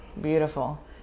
Beautiful